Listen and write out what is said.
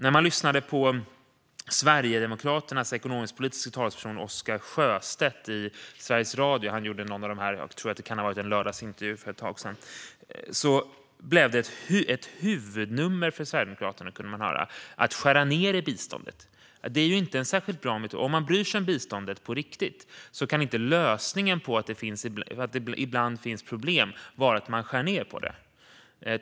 När man lyssnade på Sverigedemokraternas ekonomisk-politiska talesperson, Oscar Sjöstedt, i Sveriges Radio för en tid sedan - det kan ha varit en lördagsintervju - kunde man höra att det blev ett huvudnummer för Sverigedemokraterna att skära ned på biståndet. Det är inte en särskilt bra metod. Om man bryr sig om biståndet på riktigt kan inte lösningen på att det ibland finns problem vara att man skär ned på det.